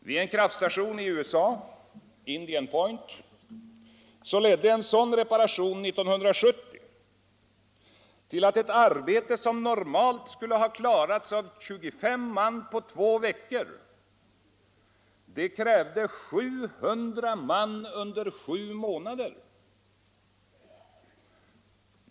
Vid en kärnkraftsstation i USA, Indian Point, ledde en sådan reparation år 1970 till att ett arbete som normalt skulle ha klarats av 25 man på två veckor i stället krävde 700 man under sju månader.